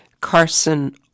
Carson